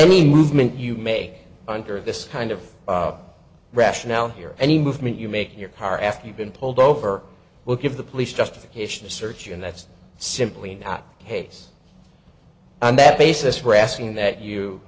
mean movement you may enter this kind of rationale here any movement you make your power after you've been pulled over will give the police justification to search you and that's simply not case and that basis we're asking that you